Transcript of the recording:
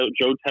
Joe